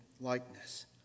likeness